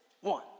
one